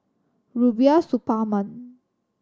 Rubiah Suparman